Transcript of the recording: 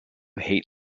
hate